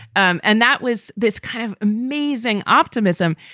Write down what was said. um and that was this kind of amazing optimism,